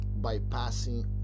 bypassing